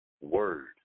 word